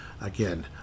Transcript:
Again